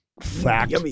Fact